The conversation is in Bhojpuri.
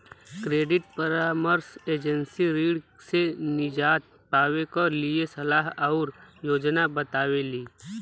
क्रेडिट परामर्श एजेंसी ऋण से निजात पावे क लिए सलाह आउर योजना बतावेली